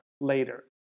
later